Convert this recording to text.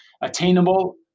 Attainable